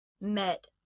met